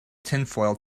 tinfoil